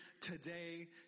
today